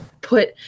put